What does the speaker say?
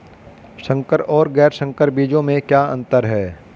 संकर और गैर संकर बीजों में क्या अंतर है?